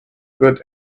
good